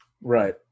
Right